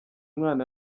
mwana